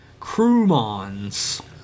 Crewmons